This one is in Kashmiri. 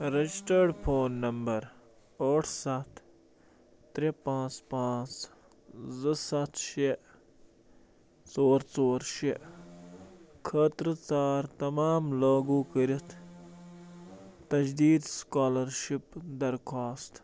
رجسٹرڈ فون نمبر ٲٹھ سَتھ ترٛےٚ پانٛژھ پانٛژھ زٕ سَتھ شےٚ ژور ژور شےٚ خٲطرٕ ژار تمام لاگوٗ کٔرِتھ تجدیٖد سُکالرشِپ درخواستہٕ